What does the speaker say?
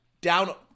down